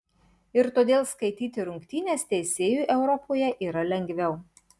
ir todėl skaityti rungtynes teisėjui europoje yra lengviau